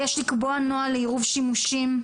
יש לקבוע נוהל לעירוב שימושים.